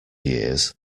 years